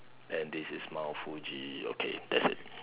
then this is mount Fuji okay that's it